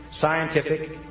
scientific